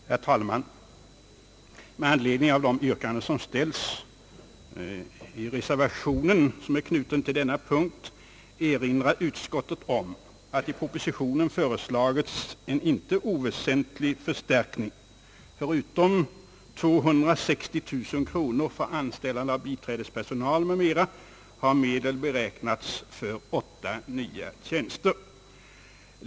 Herr talman! Med anledning av de yrkanden som ställs i reservationen vid denna punkt erinrar utskottet om att i propositionen föreslagits en inte oväsentlig förstärkning; förutom 260 000 kronor för anställande av biträdespersonal m.m. har medel beräknats för åtta nya tjänster.